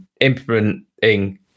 implementing